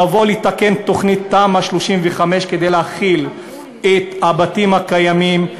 לבוא לתקן את תמ"א 35 כדי להכיל את הבתים הקיימים,